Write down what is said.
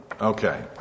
Okay